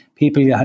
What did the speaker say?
People